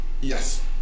Yes